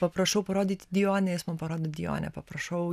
paprašau parodyt dijonę jis mam parodo dijonę paprašau